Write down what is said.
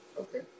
Okay